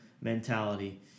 mentality